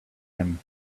him